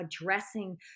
addressing